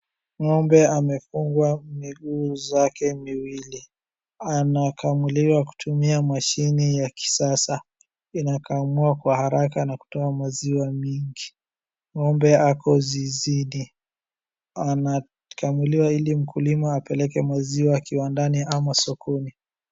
Ng'ombe amefugwa miguu zake miwili. Anakamuliwa kutumia mashini ya kisasa, inakamua kwa haraka na kutoa maziwa mingi. Ng'ombe ako zizini. Anakamuliwa ili mkulima apeleke maziwa kiwandani ama sokoni.